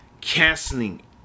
canceling